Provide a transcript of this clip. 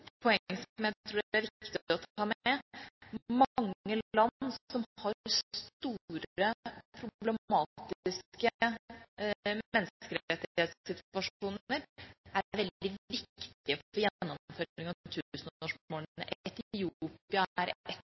jeg tror er viktig å ta med. Mange land som har store problematiske menneskerettighetssituasjoner, er veldig